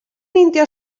meindio